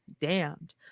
damned